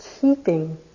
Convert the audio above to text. keeping